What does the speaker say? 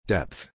Depth